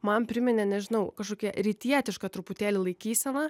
man priminė nežinau kažkokią rytietišką truputėlį laikyseną